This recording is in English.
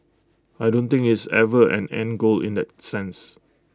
I don't think it's ever an end goal in that sense